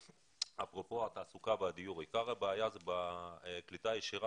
אפרופו תעסוקה ודיור עיקר הבעיה בקליטה הישירה